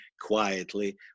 quietly